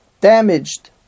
damaged